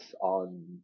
on